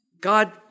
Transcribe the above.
God